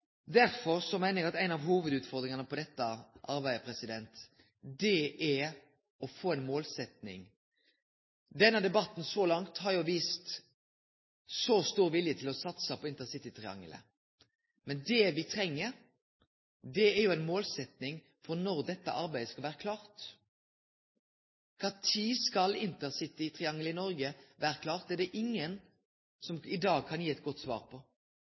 meiner eg ei av hovudutfordringane når det gjeld dette arbeidet, er å få ei målsetjing. Denne debatten så langt har vist stor vilje til å satse på intercitytriangelet, men det me treng, er ei målsetjing for når dette arbeidet skal vere klart. Kva tid skal intercitytriangelet i Noreg vere klart? Det er det ingen som i dag kan gi eit godt svar på,